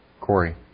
Corey